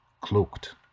cloaked